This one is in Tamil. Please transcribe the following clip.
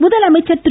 முதலமைச்சர் திரு